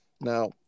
Now